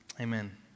Amen